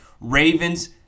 Ravens